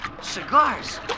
Cigars